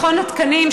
מכון התקנים,